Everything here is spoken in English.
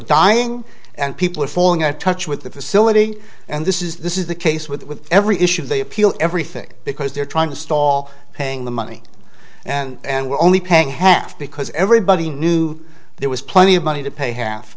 dying and people are falling out of touch with the facility and this is this is the case with every issue they appeal everything because they're trying to stall paying the money and we're only paying half because everybody knew there was plenty of money to pay half